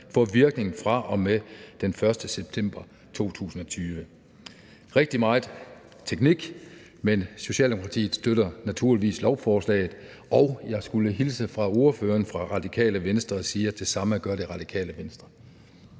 får virkning fra og med den 1. september 2020. Det er rigtig meget teknik, men Socialdemokratiet støtter naturligvis lovforslaget. Og jeg skulle hilse fra ordføreren fra Radikale Venstre og sige, at det samme gør Det Radikale Venstre.